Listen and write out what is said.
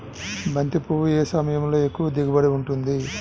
బంతి పువ్వు ఏ సమయంలో ఎక్కువ దిగుబడి ఉంటుంది?